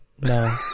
no